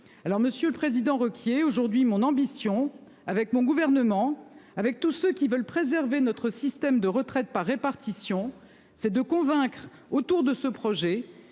Monsieur le Président Ruquier aujourd'hui mon ambition avec mon gouvernement avec tous ceux qui veulent préserver notre système de retraite par répartition c'est de convaincre autour de ce projet